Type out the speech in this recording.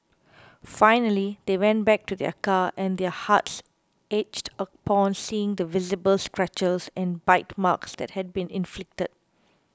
finally they went back to their car and their hearts ached upon seeing the visible scratches and bite marks that had been inflicted